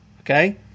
okay